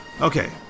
Okay